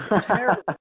terrible